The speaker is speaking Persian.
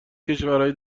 کشورهای